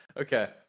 Okay